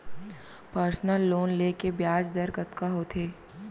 Personal loan ले के ब्याज दर कतका होथे?